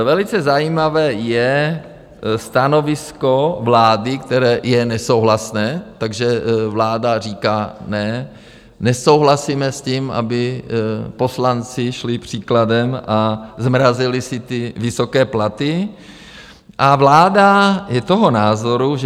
Velice zajímavé je stanovisko vlády, které je nesouhlasné, takže vláda říká: Ne, nesouhlasíme s tím, aby poslanci šli příkladem a zmrazili si své vysoké platy, a vláda je toho názoru, že